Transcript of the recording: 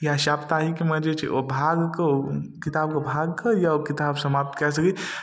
या साप्ताहिकमे जे छै से ओ भागके ओ किताबके भागके या किताब समाप्त कए सकी